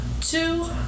Two